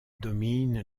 domine